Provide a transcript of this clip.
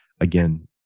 again